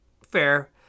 Fair